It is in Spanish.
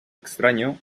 extraño